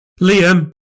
Liam